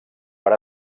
per